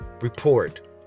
Report